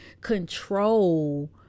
control